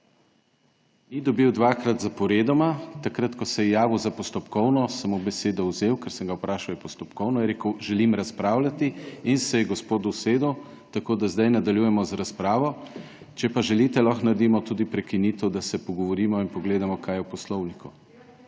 Ni dobil dvakrat zaporedoma. Takrat, ko se je javil za postopkovno, sem mu besedo vzel, ker sem ga vprašal ali je postopkovno, je rekel, želim razpravljati. In se je gospod usedel. Tako da zdaj nadaljujemo z razpravo, če pa želite, lahko naredimo tudi prekinitev, da se pogovorimo in pogledamo, kaj je v Poslovniku.